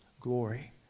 glory